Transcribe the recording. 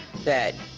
that,